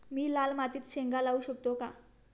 मी लाल मातीत शेंगा लावू शकतो का?